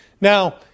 Now